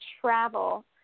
travel